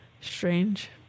strange